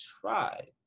try